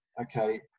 okay